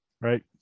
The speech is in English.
right